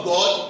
God